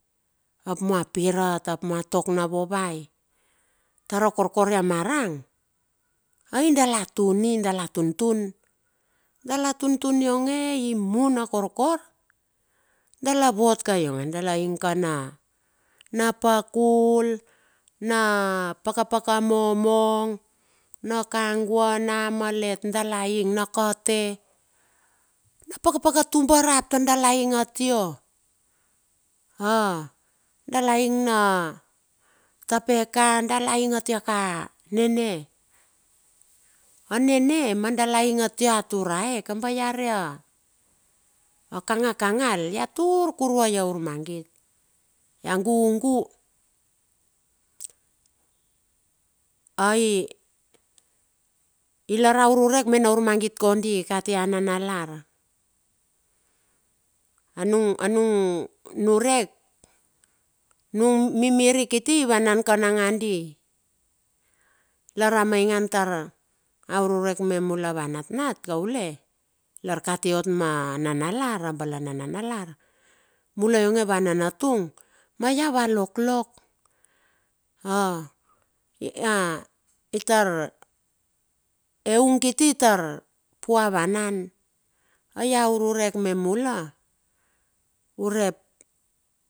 Ap mapirat ap mua tok na vovai. Taro kokor ia marang ia dala tuni dala tuntun. Dala tuntun ionge, imuna korkor. Dala vot ka ionge dala ing ka na, na pakul na pakapaka momong, nakagua na malet, dala ing na kate, na pakapaka tumba rap tar dala ing atio. A dala ing na tapeka, dala ing atia ka nene. Anene ma dala ing atia turae kaba ia re a, a kanga kangal ia tur kuruai aurmagit, ia gugu. Ai lar aururek mena urmagit kodi katia nanalar. Anung nurek, nung mimiri kiti ivanan ka nangandi, lar a maingan tar a ururek me mula va natnat kaule, lar kati ot ma nanalar, abalana nanalar. Mula ionge ava nanatung, ma iau a loklok, a, itar eung kiti tar pua vanan, ai a ururek me mula urep.